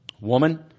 Woman